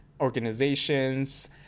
organizations